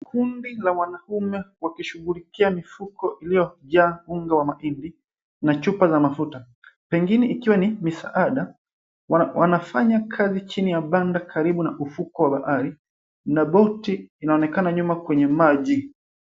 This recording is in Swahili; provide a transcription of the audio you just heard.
Kundi la wanaume wakishughulikia mifuko iliyojaa unga wa mahindi, na chupa za mafuta, pengine ikiwa ni misaada. Wanafanya kazi chini ya banda, karibu na ufuko wa bahari, na boti inaonekana nyuma kwenye maji.